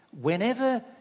Whenever